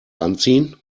anziehen